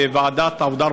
בוועדת העבודה,